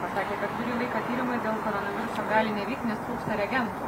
pasakė kad kurį laiką tyrimai dėl koronaviruso gali nevykt nes trūksta reagentų